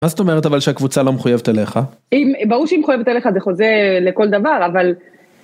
מה זאת אומרת אבל שהקבוצה לא מחויבת אליך אם ברור שהיא מחויבת אליך זה חוזר לכל דבר אבל.